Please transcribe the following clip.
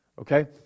Okay